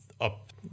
up